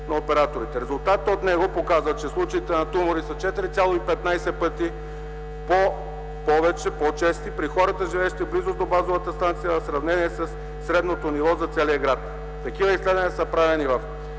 на операторите. Резултатите от него показват, че случаите на тумори са 4.15 пъти повече при хората, живеещи в близост до базова станция, в сравнение със средното ниво за целия град. Такива изследвания са правени във